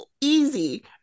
easy